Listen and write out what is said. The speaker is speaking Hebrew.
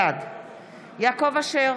בעד יעקב אשר,